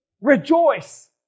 Rejoice